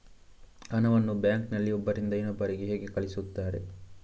ಹಣವನ್ನು ಬ್ಯಾಂಕ್ ನಲ್ಲಿ ಒಬ್ಬರಿಂದ ಇನ್ನೊಬ್ಬರಿಗೆ ಹೇಗೆ ಕಳುಹಿಸುತ್ತಾರೆ?